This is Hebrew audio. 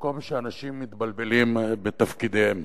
במקום שאנשים מתבלבלים בתפקידיהם,